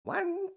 One